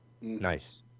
Nice